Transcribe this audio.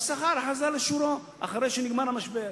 והשכר חזר לשיעורו אחרי שנגמר המשבר.